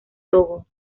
togo